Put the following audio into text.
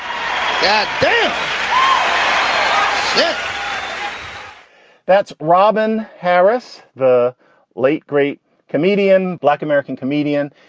um that's robin harris the late, great comedian, black american comedian.